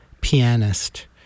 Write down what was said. pianist